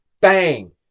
bang